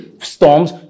Storms